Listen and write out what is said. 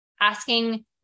asking